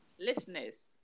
listeners